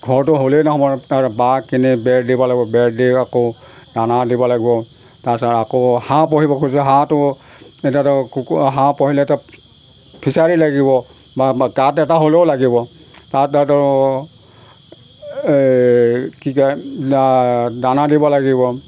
ঘৰটো হ'লেই নহয় তাৰ বাঁহ কিনি বেৰ দিব লাগিব বেৰ দি আকৌ দানা দিব লাগিব তাৰপিছত আকৌ হাঁহ পুহিব খুজিছোঁ হাঁহটো এতিয়াটো কুকুৰ হাঁহ পুহিলেটো ফিচাৰী লাগিব বা গাঁত এটা হ'লেও লাগিব তাত তাতো কি কয় দা দানা দিব লাগিব